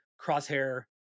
Crosshair